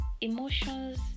emotions